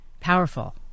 Powerful